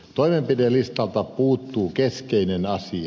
toimenpidelistalta puuttuu keskeinen asia